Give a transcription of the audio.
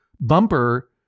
bumper